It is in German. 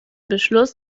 beschluss